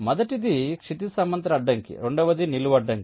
మొదటిది క్షితిజ సమాంతర అడ్డంకి రెండవది నిలువు అడ్డంకి